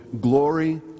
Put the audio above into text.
glory